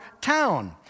town